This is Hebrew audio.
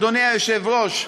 אדוני היושב-ראש,